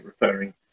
referring